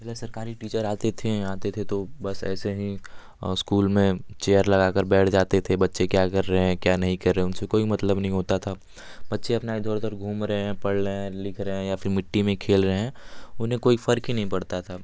पहले सरकारी टीचर आते थे आते थे तो बस ऐसे ही स्कूल में चेयर लगाकर बैठ जाते थे बच्चे क्या कर रहे हैं क्या नहीं कर रहे उनसे कोई मतलब नहीं होता था बच्चे अपना इधर उधर घूम रहे हैं पढ़ लहे हैं लिख रहे हैं या फिर मिट्टी में खेल रहे हैं उन्हें कोई फ़र्क़ ही नहीं पड़ता था